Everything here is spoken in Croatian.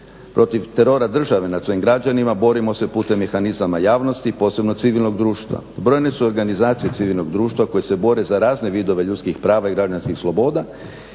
Protiv terora države nad svojim građanima borimo se putem mehanizama javnosti i posebnog civilnog društva. Brojne su organizacije civilnog društva koje se bore za razne vidove ljudskih prava i građanskih sloboda